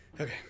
Okay